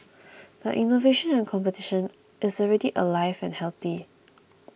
but innovation and competition is already alive and healthy